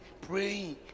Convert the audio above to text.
praying